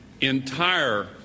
entire